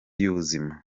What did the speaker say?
y’ubuzima